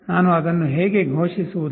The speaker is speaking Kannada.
ನಾನು ಅದನ್ನು ಹೇಗೆ ಘೋಷಿಸುವುದು